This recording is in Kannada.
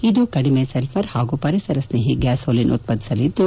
ಇದು ಕಡಿಮೆ ಸೆಲ್ಫರ್ ಹಾಗೂ ಪರಿಸರಸ್ನೇಹಿ ಗ್ಧಾಸೋಲಿನ್ ಉತ್ಪಾದಿಸಲಿದ್ದು